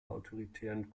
autoritären